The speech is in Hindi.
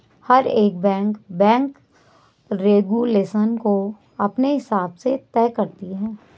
हर एक बैंक बैंक रेगुलेशन को अपने हिसाब से तय करती है